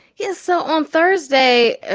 yeah, so on thursday,